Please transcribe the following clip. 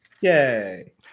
Yay